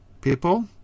people